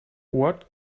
what